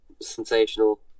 sensational